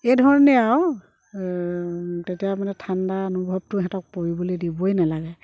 এইধৰণে আৰু তেতিয়া মানে ঠাণ্ডা অনুভৱটো সিহঁতক পৰিবলৈ দিবই নেলাগে